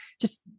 just-